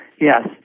Yes